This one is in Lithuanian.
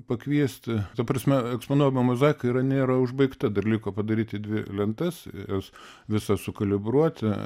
pakviesti ta prasme eksponuojama mozaika yra nėra užbaigta dar liko padaryti dvi lentas jas visas sukalibruoti